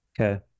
okay